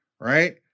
right